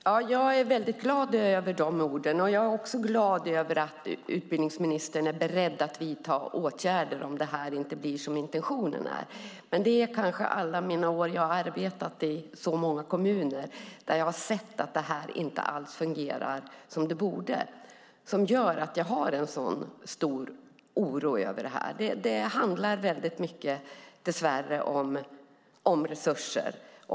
Herr talman! Jag är väldigt glad över de orden. Jag är också glad över att utbildningsministern är beredd att vidta åtgärder om detta inte blir som intentionen är. Jag har arbetat många år i många kommuner och sett att detta inte alls fungerar som det borde, och det är kanske det som gör att jag har en sådan stor oro över detta. Det handlar väldigt mycket, dess värre, om resurser.